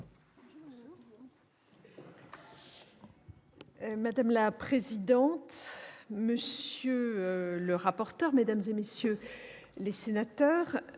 Madame la présidente, monsieur le rapporteur, mesdames, messieurs les sénateurs,